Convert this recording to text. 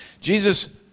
Jesus